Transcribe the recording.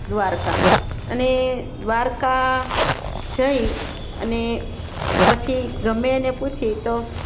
દ્વારકા અને દ્વારકા જઈ અને પછી ગમે તેને પૂછીએ તો